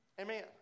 Amen